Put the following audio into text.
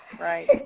right